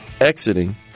exiting